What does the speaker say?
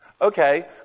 Okay